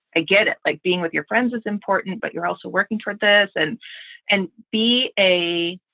i get it. like being with your friends is important, but you're also working for this and and b, a.